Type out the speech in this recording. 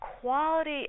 quality